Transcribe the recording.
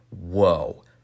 Whoa